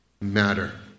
matter